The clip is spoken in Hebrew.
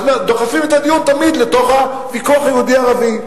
אז דוחפים את הדיון תמיד לתוך הוויכוח היהודי ערבי.